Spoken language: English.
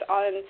on